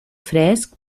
fresc